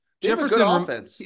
jefferson